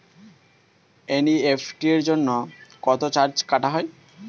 NEFT জন্য কত charge কাটা হয়?